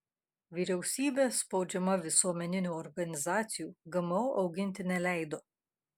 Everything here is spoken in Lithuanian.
vyriausybė spaudžiama visuomeninių organizacijų gmo auginti neleido